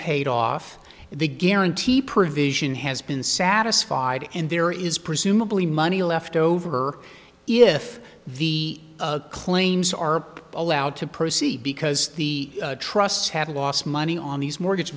paid off if the guarantee provision has been satisfied and there is presumably money left over if the claims are allowed to proceed because the trusts have lost money on these mortgage